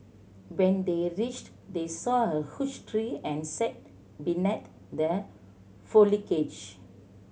when they reached they saw a huge tree and sat the